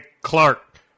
clark